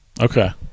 okay